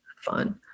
Fun